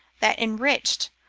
that enriched,